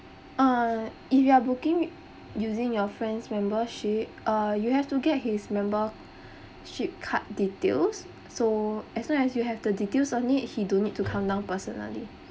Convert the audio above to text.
uh if you are booking using your friends membership uh you have to get his membership card details so as long as you have the details you need he don't need to come down personally